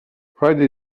friday